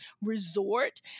resort